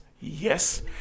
yes